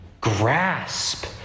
Grasp